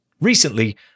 Recently